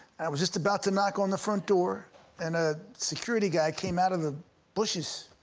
i was just about to knock on the front door and a security guy came out of the bushes.